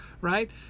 Right